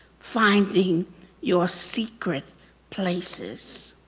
finding your secret places.